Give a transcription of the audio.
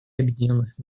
объединенных